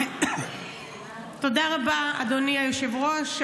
תודה רבה, אדוני היושב-ראש.